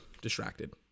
distracted